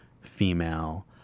female